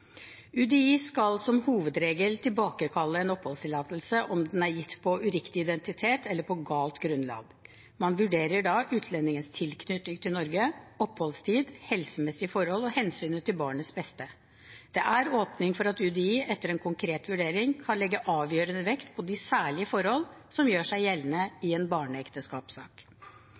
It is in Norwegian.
UDI skal som hovedregel tilbakekalle en oppholdstillatelse om den er gitt ut fra uriktig identitet eller på galt grunnlag. Man vurderer da utlendingens tilknytning til Norge, oppholdstid, helsemessige forhold og hensynet til barnets beste. Det er åpning for at UDI etter en konkret vurdering kan legge avgjørende vekt på de særlige forholdene som gjør seg gjeldende i en barneekteskapssak.